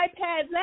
iPad